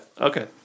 Okay